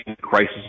crisis